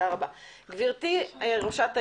גברתי ראשת העיר.